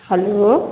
hello